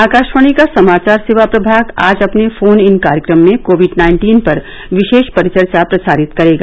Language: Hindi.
आकाशवाणी का समाचार सेवा प्रभाग आज अपने फोन इन कार्यक्रम में कोविड नाइन्टीन पर विशेष परिचर्चा प्रसारित करेगा